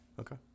Okay